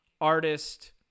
artist